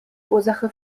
ursache